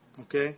Okay